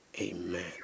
amen